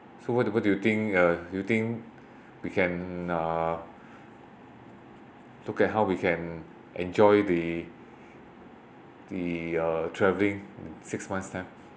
so what do you what do you think uh do you think we can uh look at how we can enjoy the the uh travelling in six months' time